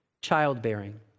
childbearing